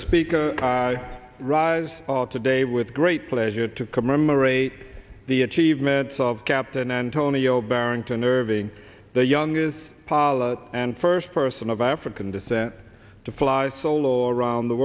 speaker i rise today with great pleasure to commemorate the achievements of captain antonio barrington irving the youngest pollock and first person of african descent to fly solo around the